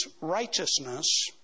righteousness